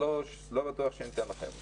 שלוש, לא בטוח שניתן לכם אותו.